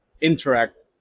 interact